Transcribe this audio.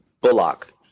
Bullock